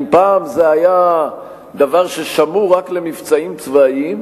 אם פעם זה היה דבר ששמור רק למבצעים צבאיים,